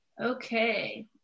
Okay